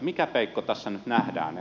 mikä peikko tässä nyt nähdään